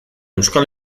euskal